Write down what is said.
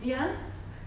ya